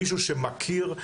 מישהו שמכיר,